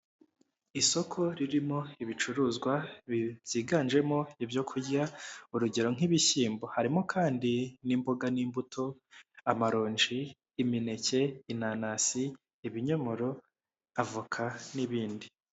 Isoko ririmo ibicuruzwa byiganjemo ibyo kurya urugero nk'ibishyimbo, harimo kandi n'imboga n'imbuto amaronji, imineke, inanasi, ibinyomoro, avoka n'ibindi.